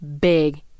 big